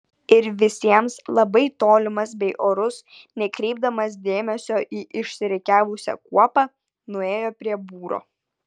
ir visiems labai tolimas bei orus nekreipdamas dėmesio į išsirikiavusią kuopą nuėjo prie būro